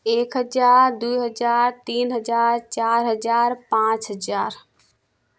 एक हजार दो हज़ार तीन हज़ार चार हज़ार पाँच हज़ार